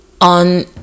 On